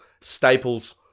staples